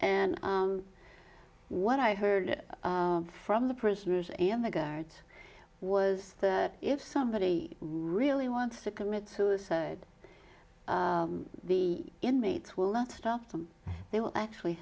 and what i heard from the prisoners and the guards was if somebody really wants to commit suicide the inmates will not stop them they will actually